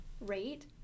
rate